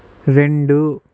రెండు